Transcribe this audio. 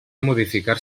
modificar